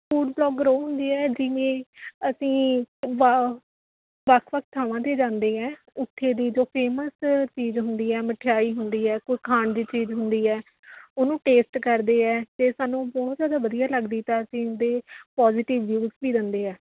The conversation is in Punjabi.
ਫੂਡ ਵਲੌਗਰ ਉਹ ਹੁੰਦੀ ਹੈ ਜਿਵੇਂ ਅਸੀਂ ਵਾ ਵੱਖ ਵੱਖ ਥਾਵਾਂ ਤੇ ਜਾਂਦੇ ਹੈ ਉੱਥੇ ਦੀ ਜੋ ਫ਼ੇਮਸ ਚੀਜ਼ ਹੁੰਦੀ ਹੈ ਮਠਿਆਈ ਹੁੰਦੀ ਹੈ ਕੋਈ ਖਾਣ ਦੀ ਚੀਜ਼ ਹੁੰਦੀ ਹੈ ਉਹਨੂੰ ਟੇਸਟ ਕਰਦੇ ਹੈ ਅਤੇ ਸਾਨੂੰ ਬਹੁਤ ਜ਼ਿਆਦਾ ਵਧੀਆ ਲੱਗਦੀ ਤਾਂ ਅਸੀਂ ਉਹਦੇ ਪੋਜ਼ਿਟਿਵ ਵਿਊਜ਼ ਵੀ ਦਿੰਦੇ ਹੈ